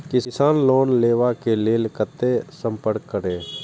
किसान लोन लेवा के लेल कते संपर्क करें?